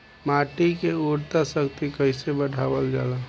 माटी के उर्वता शक्ति कइसे बढ़ावल जाला?